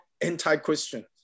anti-Christian